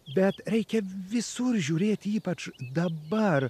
bet reikia visur žiūrėti ypač dabar